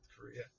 Korea